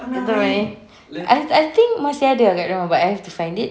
I I think masih ada kat rumah but I have to find it